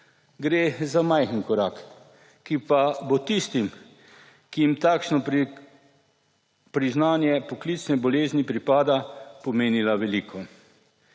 Gre za majhen korak, ki pa bo tistim, ki jim takšno priznanje poklicne bolezni pripada, pomenil veliko.